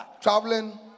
traveling